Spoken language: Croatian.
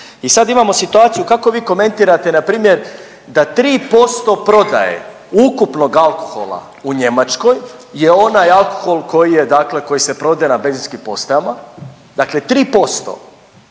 I sad imamo situaciju kako vi komentirate npr. da 3% prodaje ukupnog alkohola u Njemačkoj je onaj alkohol koji je dakle, koji se prodaje na benzinskim postajama, dakle 3%,